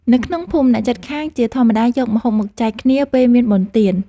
នៅក្នុងភូមិ អ្នកជិតខាងជាធម្មតាយកម្ហូបមកចែកគ្នាពេលមានបុណ្យទាន។